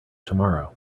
tomorrow